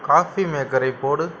coffee மேக்கரை போடு